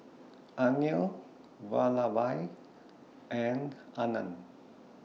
Anil Vallabhbhai and Anand